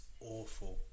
awful